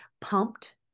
pumped